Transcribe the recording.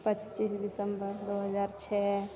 छत्तीस दिसम्बर दू हजार छौ